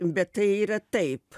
bet tai yra taip